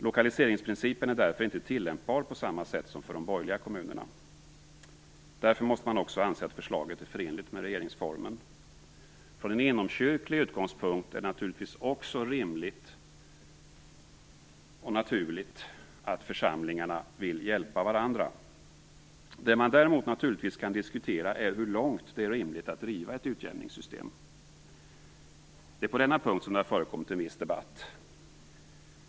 Lokaliseringsprincipen är därför inte tillämpbar på samma sätt som för de borgerliga kommunerna. Därför måste man också anse att förslaget är förenligt med regeringsformen. Från en inomkyrklig utgångspunkt är det också rimligt och naturligt att församlingarna vill hjälpa varandra. Det man däremot naturligtvis kan diskutera är hur långt det är rimligt att driva ett utjämningssystem. Det är på denna punkt som det har förekommit en viss debatt.